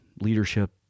leadership